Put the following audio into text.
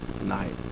night